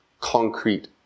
concrete